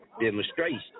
demonstration